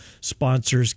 sponsors